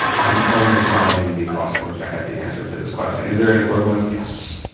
i'm only sighing because i wish i had the answer to this question. is there an equivalence? yes.